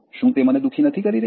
શું તે મને દુખી નથી કરી રહી